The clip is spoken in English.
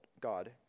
God